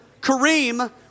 Kareem